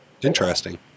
interesting